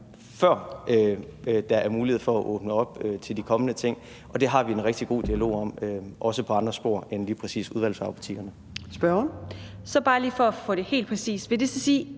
før, der er mulighed for at åbne op for de kommende ting. Og det har vi en rigtig god dialog om, også på andre spor end lige præcis udvalgsvarebutikkerne.